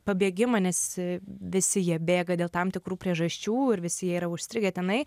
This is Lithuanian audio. pabėgimą nes visi jie bėga dėl tam tikrų priežasčių ir visi yra užstrigę tenai